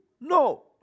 No